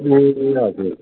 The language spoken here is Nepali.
ए हजुर